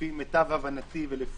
לפי מיטב הבנתי והחומר